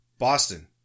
Boston